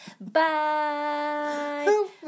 bye